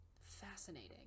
fascinating